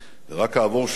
רק כעבור שנים,